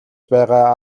байгаа